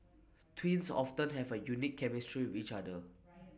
twins often have A unique chemistry each other